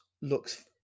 looks